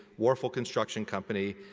warfel construction company,